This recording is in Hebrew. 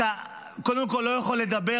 אתה קודם כול לא יכול לדבר,